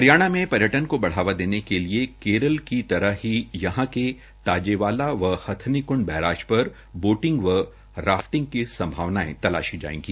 हरियाणा में पर्यटन को बधावा देने के लिए केरल की तरह ही यहां ताज़ेवाला व हथंनीकंड बैराज पर बोटिंग व राफटिंग की संभावनाएं तलाशी जायेगी